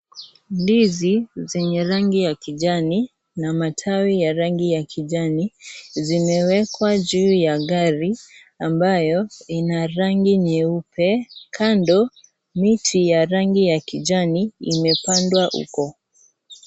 Ndizi zenye rangi ya kijani na matawi ya rangi ya kijani zimewekwa juu ya gari ambayo lina rangi nyeupe, kando miti ya rangi ya kijani imepandwa huko.